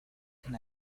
can